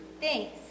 thanks